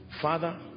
Father